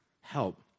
help